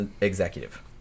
executive